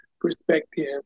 perspective